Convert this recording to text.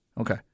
Okay